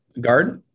Guard